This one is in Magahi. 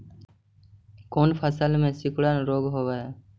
कोन फ़सल में सिकुड़न रोग होब है?